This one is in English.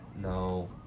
No